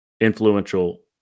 influential